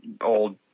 old